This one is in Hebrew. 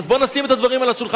אז בוא נשים את הדברים על השולחן.